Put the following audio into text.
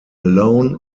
alone